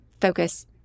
focus